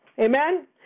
Amen